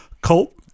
cult